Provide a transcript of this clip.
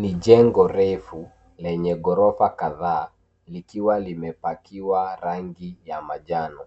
Ni jengo refu lenye ghorofa kadhaa likiwa limepakiwa rangi ya manjano.